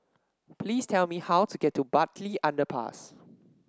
please tell me how to get to Bartley Underpass